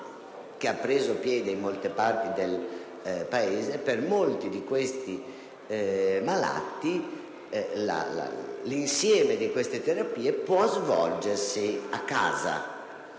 che si registra in svariate parti del Paese - per molti di questi malati l'insieme di queste terapie può svolgersi a casa,